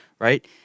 Right